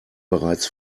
bereits